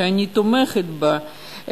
שאני תומכת בה,